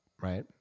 Right